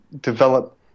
develop